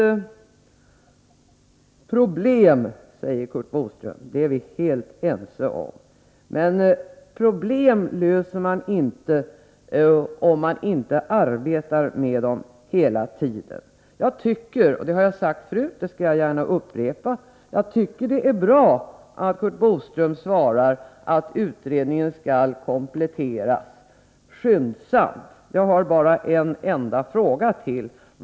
Det är ett problem, säger Curt Boström. Det är vi helt överens om. Men problem löser man inte om man inte arbetar med dem hela tiden. Jag tycker, och det har jag sagt förut och jag upprepar det gärna, att det är bra att Curt Boström svarar att utredningen skall kompletteras skyndsamt. Jag har bara en enda fråga till.